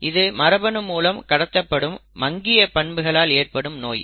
இது மரபணு மூலம் கடத்தப்படும் மங்கிய பண்புகளினால் ஏற்படும் நோய்